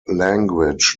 language